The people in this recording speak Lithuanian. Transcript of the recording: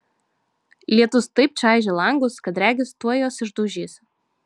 lietus taip čaižė langus kad regis tuoj juos išdaužys